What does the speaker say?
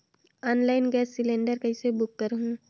Online gas cylinder कइसे book करहु?